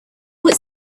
put